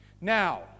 Now